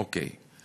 אוקיי.